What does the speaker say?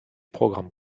programmes